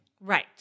right